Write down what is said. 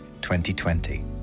2020